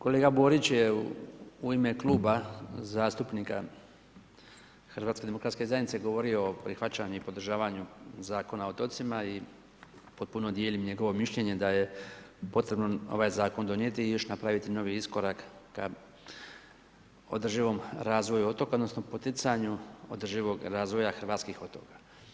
Kolega Borić je u ime Kluba zastupnika HDZ-a govorio o prihvaćanju i podržavanju Zakona o otocima i potpuno dijelim njegovo mišljenje da je potrebno ovaj zakon donijeti i još na kraju taj novi iskorak ka održivom razvoju otoka odnosno poticanju održivog razvoja hrvatskih otoka.